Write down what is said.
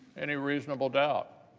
any reasonable doubt.